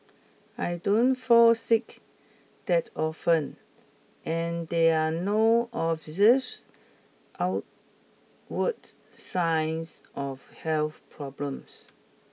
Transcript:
I don't fall sick that often and there are no observes outward signs of health problems